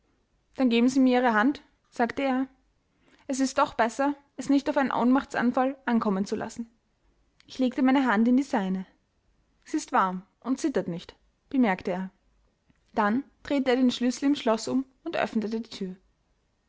geben sie mir ihre hand sagte er es ist doch besser es nicht auf einen ohnmachtsanfall ankommen zu lassen ich legte meine hand in die seine sie ist warm und zittert nicht bemerkte er dann drehte er den schlüssel im schloß um und öffnete die thür